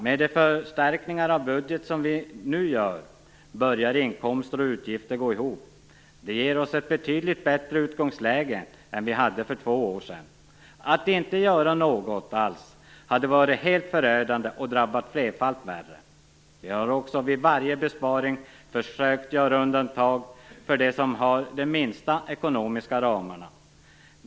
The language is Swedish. Med de förstärkningar av budgeten som vi nu gör börjar inkomster och utgifter gå ihop igen. Det ger oss ett betydligt bättre utgångsläge än vi hade för två år sedan. Att inte göra något alls hade varit helt förödande och drabbat flerfallt värre. Vi har också vid varje besparing försökt att göra undantag för dem som har de minsta ekonomiska ramarna.